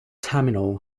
terminal